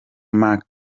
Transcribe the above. mark